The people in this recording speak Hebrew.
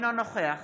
אינו נוכח